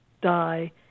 die